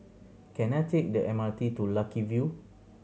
can I take the M R T to Lucky View